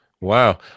Wow